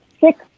six